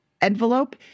envelope